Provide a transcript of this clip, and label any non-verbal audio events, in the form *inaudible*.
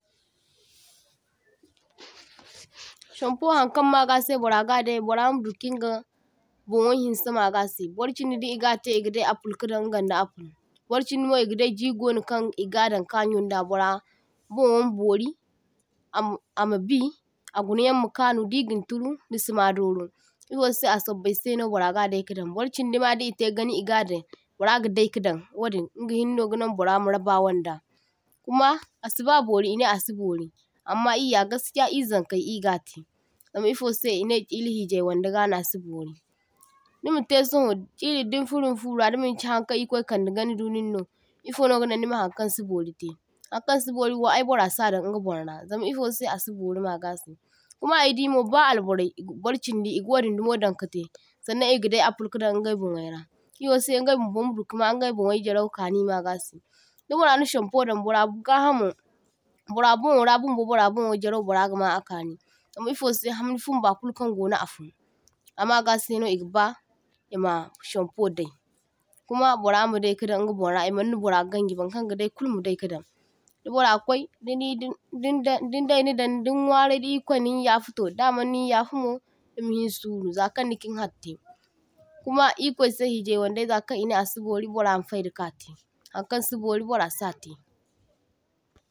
*noise* toh – toh Shampo haŋkaŋ magase boraga dai borama dukinga bonwo hinse magase, borchindi di igate igadai apu kadaŋ dapu, borchindimo igadai jigonokaŋ gadan kayunda bora bonwo mabori ama amabi aguniyaŋ makaŋu, diginturu nisi madoro, ifose a sobbaiseno bora gadai kadaŋ. Barchindi ma di itegani igadai boragadai kadaŋ wadin ingahinneno gaŋaŋ borama rabawaŋda kuma asiba bori ine asibori amma iyya gaskiya izaŋkai igate, zam ifosa ine kila hijai waŋdega nasibori, nimate sawon kila dinfuro ni fura dimanchi haŋkaŋ ikwai kaŋde gaŋi duninno ifono gaŋaŋ nima haŋkaŋ siborite haŋkaŋ si boriwo ai bora sadaŋ iga bonraa, zam ifose asi bori magase kuma aidino ba alborai barchindi igi wadin dumodaŋ kate, saŋnaŋ igadai apul kadaŋ ingai bonwaira ifose ingai bumbo madukama ingai bonwo jarau kaŋi magase. Da boraŋa shampoo dam bora gahamo bora bonwora bumbo bara bonwo jarau bara gama akaŋi zam ifose hamni fumba kulkaŋ gono afun amagaseno igaba ima shampo dai, kuma borama dai kadaŋ igabonra imaŋna bora gaŋji baŋkaŋ gadai kulmadai kadaŋ, dibora kwaii nidi dindaŋ dindai nidaŋ dinwarai di ikwai ninyafe to damaŋnin yafe mo nima hinsuru zakaŋ ninkin harite kuma ikwaise hijai waŋdai zekan ine asibori borama faida kate haŋkaŋ si bori bora sate.